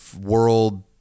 world